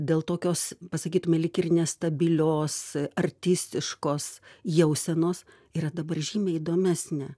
dėl tokios pasakytume lyg ir nestabilios artistiškos jausenos yra dabar žymiai įdomesnė